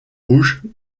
rouges